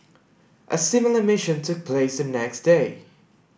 a similar mission took place the next day